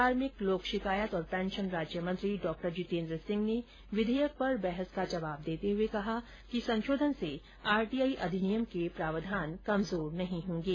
कार्मिक लोक शिकायत और पेंशन राज्यमंत्री डॉक्टर जितेंद्रसिंह ने विधेयक पर बहस का जवाब देते हुए कहा कि संशोधन से आरटीआई अधिनियम के प्रावधान कमजोर नहीं होंगे